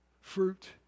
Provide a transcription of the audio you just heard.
fruit